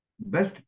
Best